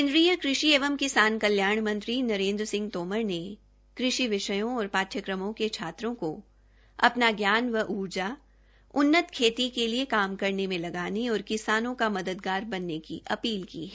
केन्द्रीय कृषि एवं किसान कल्याण मंत्री नरेन्द्र सिंह तोमर ने कृषि विषयों और ाठ्यक्रमों के छात्रों को अ ना ज्ञान व ऊर्जा उन्नत खेती के लिए काम करने में लगाने और किसानों का मददगार बनने की अधील की है